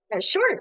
Sure